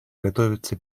готовится